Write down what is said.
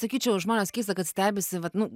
sakyčiau žmonės keista kad stebisi vat nu